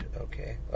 okay